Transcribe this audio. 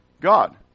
God